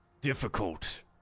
difficult